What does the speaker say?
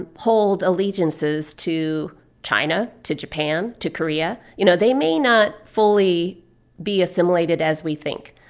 and hold allegiances to china, to japan, to korea. you know, they may not fully be assimilated as we think.